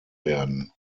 werden